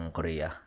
Korea